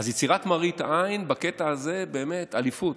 אז יצירת מראית עין בקטע הזה, באמת אליפות.